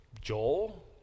Joel